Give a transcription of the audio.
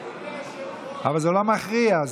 אבל זה לא מכריע.